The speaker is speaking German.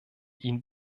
ihn